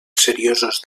seriosos